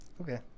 Okay